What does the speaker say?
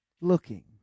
looking